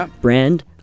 brand